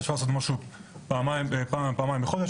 אפשר לעשות זאת פעם או פעמיים בחודש,